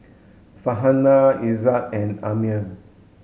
Farhanah Izzat and Ammir